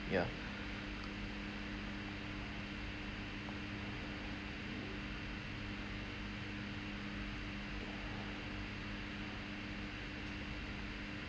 ya